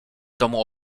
domu